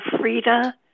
Frida